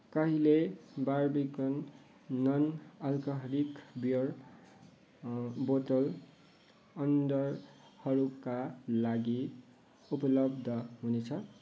कहिले Barbican non alcoholic beer बोतल अन्डरहरूका लागि उपलब्ध हुनेछ